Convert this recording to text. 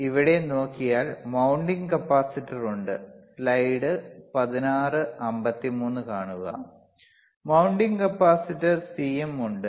നിങ്ങൾ ഇവിടെ നോക്കിയാൽ മൌണ്ടിംഗ് കപ്പാസിറ്റർ ഉണ്ട് സ്ലൈഡ് 1653 കാണുക മൌണ്ടിംഗ് കപ്പാസിറ്റർ Cm ഉണ്ട്